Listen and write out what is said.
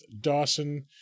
Dawson